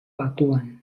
batuan